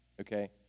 okay